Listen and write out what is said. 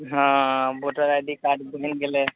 हँअऽ voter I D card बनि गेलय